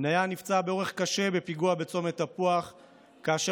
בניה נפצע באורח קשה בפיגוע בצומת תפוח כאשר